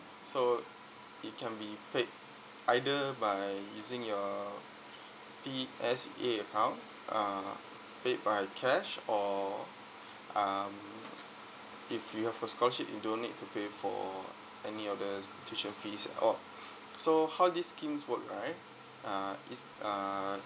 so it can be paid either by using your P_S_E_A account uh pay by cash or um if you have a scholarship you don't need to pay for any of the tuition fees at all so how these schemes work right uh it's uh